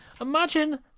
imagine